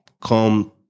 come